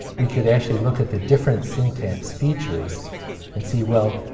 we could actually look at the different syntax features and see, well,